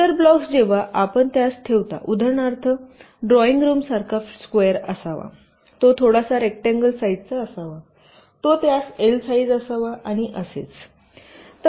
इतर ब्लॉक्स जेव्हा आपण त्यास ठेवता उदाहरणार्थ ड्रॉईंग रूम सारखा स्क्वेअर असावा तो थोडा रेकटांगलं साईजचा असावा तो त्यास एल साईज असावे आणि असेच